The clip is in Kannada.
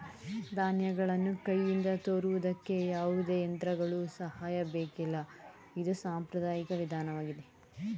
ಧಾನ್ಯಗಳನ್ನು ಕೈಯಿಂದ ತೋರುವುದಕ್ಕೆ ಯಾವುದೇ ಯಂತ್ರಗಳ ಸಹಾಯ ಬೇಕಿಲ್ಲ ಇದು ಸಾಂಪ್ರದಾಯಿಕ ವಿಧಾನವಾಗಿದೆ